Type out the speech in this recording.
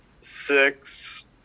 six